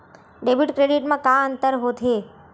Debit credit मा का अंतर होत हे?